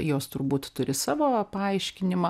jos turbūt turi savo paaiškinimą